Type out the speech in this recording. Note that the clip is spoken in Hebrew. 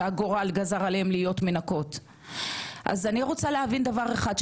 שהגורל גזר עליהן להיות מנקות אז אני רוצה להבין דבר אחד,